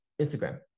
Instagram